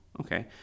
okay